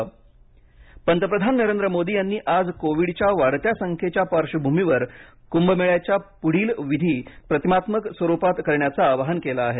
कंभमेळा पंतप्रधान नरेंद्र मोदी यांनी आज कोविडच्या वाढत्या रुग्णसंख्येच्या पार्बभूमीवर कुंभमेळ्याच्या पुढील विधी प्रतिमात्मक स्वरुपात करण्याचं आवाहन केलं आहे